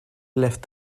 left